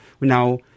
Now